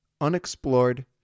unexplored